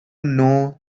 know